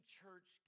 church